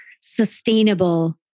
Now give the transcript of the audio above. sustainable